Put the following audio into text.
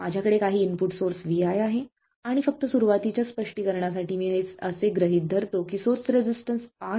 माझ्याकडे काही input source vi आहे आणि फक्त सुरुवातीच्या स्पष्टीकरणासाठी मी असे गृहीत धरतो की सोर्स रेजिस्टन्स RS